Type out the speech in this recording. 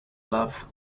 love